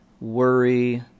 worry